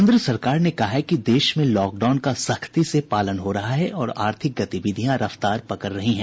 केन्द्र सरकार ने कहा है कि देश में लॉकडाउन का सख्ती से पालन हो रहा है और आर्थिक गतिविधियां रफ्तार पकड़ रही हैं